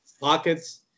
pockets